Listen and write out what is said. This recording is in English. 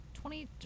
twenty